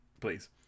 please